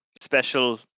special